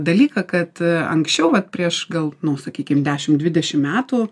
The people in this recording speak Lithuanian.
dalyką kad anksčiau vat prieš gal nu sakykim dešimt dvidešimt metų